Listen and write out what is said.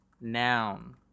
Noun